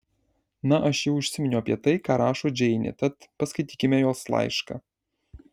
na aš jau užsiminiau apie tai ką rašo džeinė tad paskaitykime jos laišką